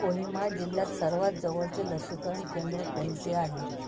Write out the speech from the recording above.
कोहिमा जिल्ह्यात सर्वात जवळचे लसीकरण केंद्र कोणते आहे